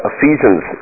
Ephesians